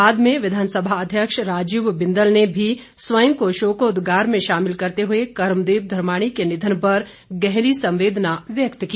बाद में विधानसभा अध्यक्ष राजीव बिंदल ने भी स्वयं को शोकोदगार में शामिल करते हुए कर्मदेव धर्माणी के निधन पर गहरी संवेदना व्यक्त की